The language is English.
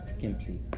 complete